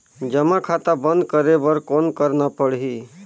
जमा खाता बंद करे बर कौन करना पड़ही?